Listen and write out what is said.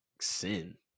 sin